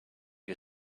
you